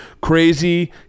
crazy